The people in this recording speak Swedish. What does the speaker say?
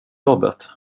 jobbet